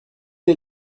est